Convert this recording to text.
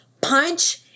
punch